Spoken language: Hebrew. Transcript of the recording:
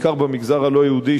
בעיקר במגזר הלא-יהודי,